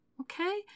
Okay